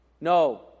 No